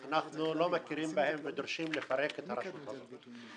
אנחנו לא מכירים בה ודורשים לפרק את הרשות הזאת.